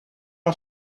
not